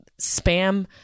spam